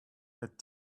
that